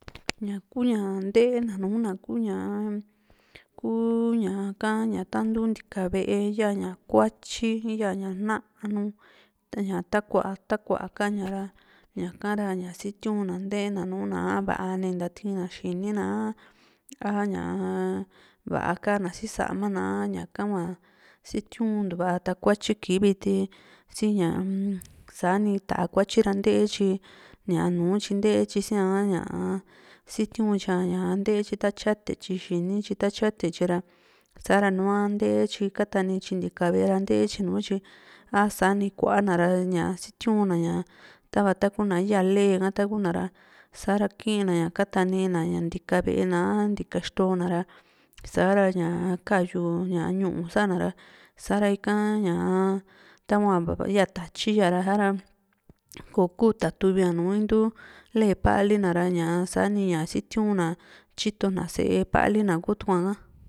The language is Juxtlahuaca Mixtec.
ña ku ñaa ntee na nùù ña kuu ñaa ka ña tantu ntika ve´e yaa ña kuatyi yaa ña nanu ña takua takua ka´ña ra ña´ka ra ña sitiu na ntee na nuu na a va´a ni ntatii na xini na a ñaa va´a ka na si sama na a ña ka hua situntu va takuatyi kii viti sii ñaa-m sani tà´a kuatyi ra ntee tyi ña nùù tyi sia´ha ña sitiu´n tyi´a ntee tyi ta tyate tyi xini tyi ta tyate tyi ra sa´ra nua ntee tyi kata ni tyi ntika ve´e ha´ra ntee tyi a sani kuaa na ra ña sitiu´n na ña tava taku na yaa le´e ha taku na ra sa´ra kiina ña klatani na ña ntika ve´e na a ntika ixto na ra sa´ra ñaa ka´yu ña ñu´u sa´na ra sa´ra ika ñaa tahua yaa tayi íya ra sa´ra kò´o ku tatuvi ña nùù intu le´e paali na ra ña sa´ni ña sitiu´na tyito na sée paali kutu´aa.